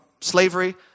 slavery